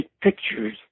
pictures